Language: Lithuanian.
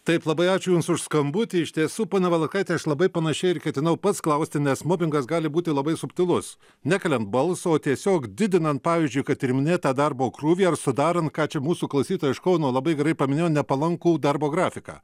taip labai ačiū jums už skambutį iš tiesų pone valatkaite aš labai panašiai ir ketinau pats klausti nes mobingas gali būti labai subtilus nekeliant balso tiesiog didinant pavyzdžiui kad ir minėtą darbo krūvį ar sudarant ką čia mūsų klausytoja iš kauno labai gerai paminėjo nepalankų darbo grafiką